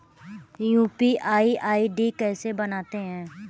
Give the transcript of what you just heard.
UPI ID कैसे बनाते हैं?